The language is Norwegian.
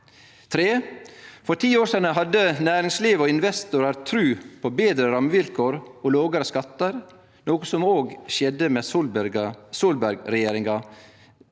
3. For 10 år sidan hadde næringslivet og investorar tru på betre rammevilkår og lågare skattar, noko som òg skjedde med Solberg-regjeringa